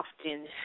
often